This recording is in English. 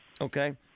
Okay